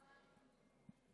שלוש דקות,